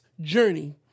journey